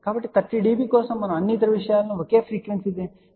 కాబట్టి 30 dB కోసం మనము అన్ని ఇతర విషయాలను ఒకే ఫ్రీక్వెన్సీ పరిధి εr ఒకేలా ఉంచాము